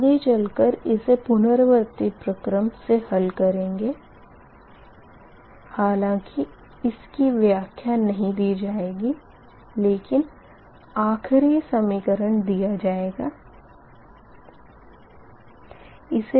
आगे चल कर इसे पुनरावर्ती प्रक्रम से हल करेंगे हालाँकि इसकी व्याख्या नही दी जाएगी लेकिन आख़िरी समीकरण दिया जाएगा